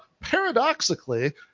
paradoxically